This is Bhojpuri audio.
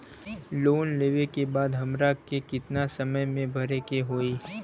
लोन लेवे के बाद हमरा के कितना समय मे भरे के होई?